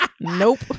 Nope